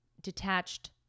detached